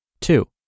Two